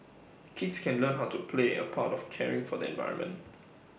kids can learn how to play A part of caring for the environment